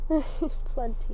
plenty